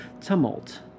tumult